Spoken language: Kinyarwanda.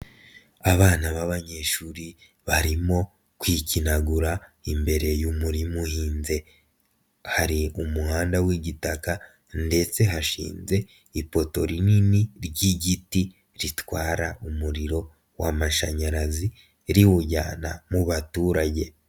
Abana b'abanyeshuri barimo kwikinagura imbere y'umurima uhinze, hari umuhanda w'igitaka ndetse hashinze ipoto rinini ry'igiti ritwara umuriro w'amashanyarazi riwujyana mu baturage.